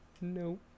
Nope